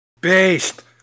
Beast